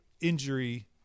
injury